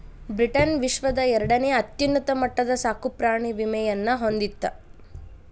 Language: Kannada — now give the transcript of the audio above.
ಬ್ರಿಟನ್ ವಿಶ್ವದ ಎರಡನೇ ಅತ್ಯುನ್ನತ ಮಟ್ಟದ ಸಾಕುಪ್ರಾಣಿ ವಿಮೆಯನ್ನ ಹೊಂದಿತ್ತ